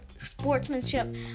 sportsmanship